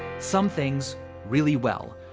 some things really well,